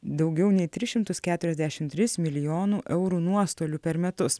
daugiau nei tris šimtus keturiasdešim tris milijonų eurų nuostolių per metus